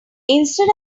instead